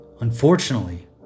Unfortunately